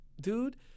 dude